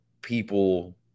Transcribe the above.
people